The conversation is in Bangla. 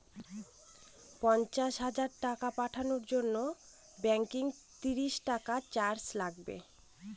পণ্চাশ হাজার টাকা পাঠানোর জন্য কত টাকা চার্জ লাগবে?